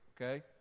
okay